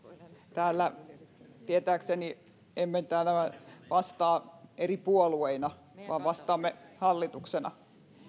täällä tietääkseni emme vastaa eri puolueina vaan vastaamme hallituksena